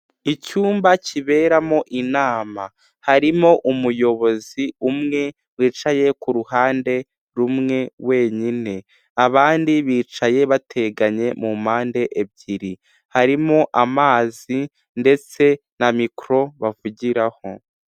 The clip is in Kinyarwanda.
Icyumba kiberamo inama harimo umuyobozi umwe wicaye ku ruhande rumwe wenyine, abandi bicaye bateganye mu mpande ebyiri harimo; amazi ndetse na mikoro bavugiraho.